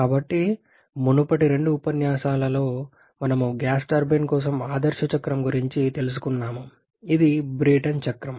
కాబట్టి మునుపటి రెండు ఉపన్యాసాలలో మనం గ్యాస్ టర్బైన్ కోసం ఆదర్శ చక్రం గురించి తెలుసుకున్నాము ఇది బ్రేటన్ చక్రం